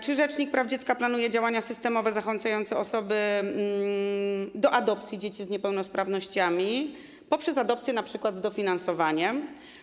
Czy rzecznik praw dziecka planuje działania systemowe zachęcające osoby do adopcji dzieci z niepełnosprawnościami, np. poprzez adopcję z dofinansowaniem?